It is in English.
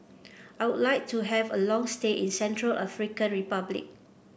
I would like to have a long stay in Central African Republic